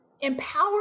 empower